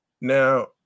Now